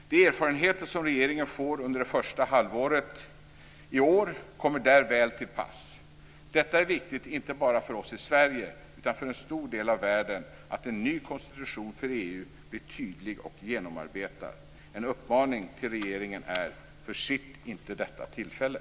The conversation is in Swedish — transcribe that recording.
De erfarenheter som regeringen får under det första halvåret i år kommer då väl till pass. Det är viktigt inte bara för oss i Sverige utan för en stor del av världen att en ny konstitution för EU blir tydlig och genomarbetad. En uppmaning till regeringen är: Försitt inte detta tillfälle!